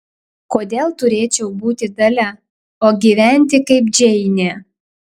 kodėl turėčiau būti dalia o gyventi kaip džeinė